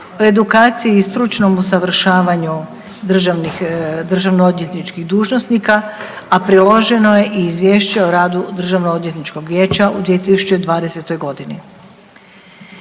o edukciji i stručnom usavršavanju državno odvjetničkih dužnosnika, a priloženo je i izvješće o radu Državno odvjetničkog vijeća u 2020.g.